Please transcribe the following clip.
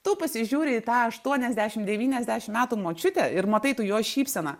tu pasižiūri į tą aštuoniasdešim devyniasdešim metų močiutę ir matai tu jos šypseną